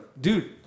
dude